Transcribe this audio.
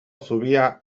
zubia